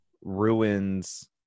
ruins